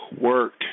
Work